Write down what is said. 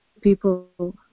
people